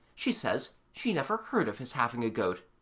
she says she never heard of his having a goat.